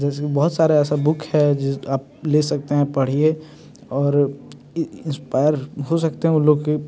जैसे कि बहुत सारी ऐसी बुक है जिस आप ले सकते हैं पढ़िए और इंस्पायर हो सकते हैं वो लोग कि